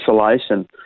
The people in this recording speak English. isolation